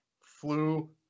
flu